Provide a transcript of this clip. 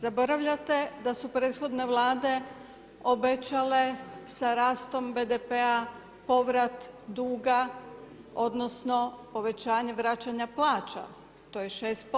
Zaboravljate da su prethodne Vlade obećale sa rastom BDP-a povrat duga odnosno povećanje vraćanja plaća, to je 6%